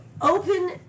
open